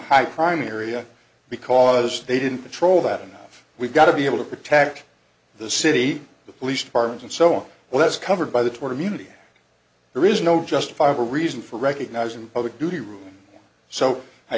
crime area because they didn't patrol that enough we've got to be able to protect the city the police department and so on well that's covered by the toward immunity there is no justifiable reason for recognizing the public duty rule so i